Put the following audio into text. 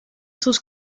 sus